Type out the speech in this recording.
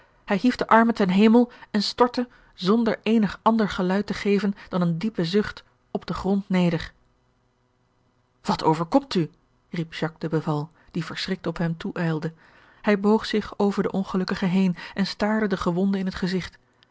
hij hief de armen ten kemel en stortte zonder eenig ander geluid te geven dan een diepe zucht op den grond neder wat overkomt u riep jacques de beval die verschrikt op hem toe ijlde hij boog zich over den ongelukkige heen en staarde den gewonde in het gezigt